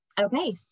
Okay